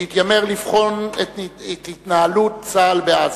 שהתיימר לבחון את התנהלות צה"ל בעזה.